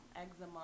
eczema